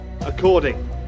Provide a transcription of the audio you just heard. According